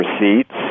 receipts